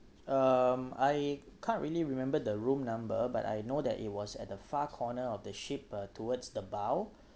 um I can't really remember the room number but I know that it was at the far corner of the ship uh towards the bow